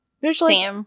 usually